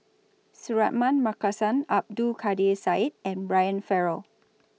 Suratman Markasan Abdul Kadir Syed and Brian Farrell